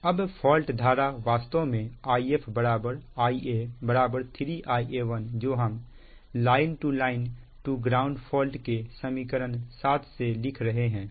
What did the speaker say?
अब फॉल्ट धारा वास्तव में If Ia 3Ia1 जो हम line to line to ground fault के समीकरण 7 से लिख रहे हैं